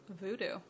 Voodoo